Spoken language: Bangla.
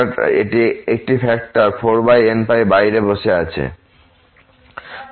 এবংএকটি ফ্যাক্টর 4nπ বাইরে বসে আছে